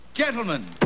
Gentlemen